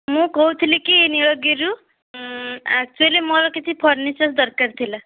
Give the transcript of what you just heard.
ମୁଁ କହୁଥିଲି କି ନୀଳଗିରିରୁ ଆକ୍ଚୁଆଲି ମୋର କିଛି ଫର୍ଣ୍ଣିଚର୍ ଦରକାର ଥିଲା